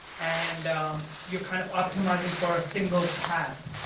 and you're kind of optimizing for a single path.